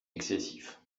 excessif